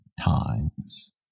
times